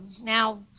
now